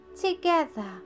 together